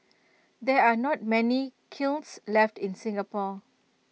there are not many kilns left in Singapore